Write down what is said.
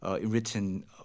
written